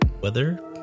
weather